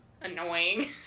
annoying